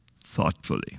thoughtfully